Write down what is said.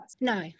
no